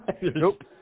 Nope